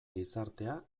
gizartea